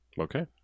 Okay